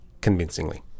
convincingly